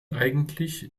eigentlich